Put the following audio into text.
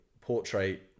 portrait